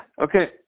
Okay